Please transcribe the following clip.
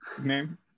name